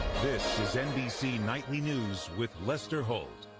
this is nbc nightly news with lester holt.